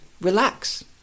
relax